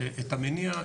את המניע,